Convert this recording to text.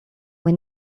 were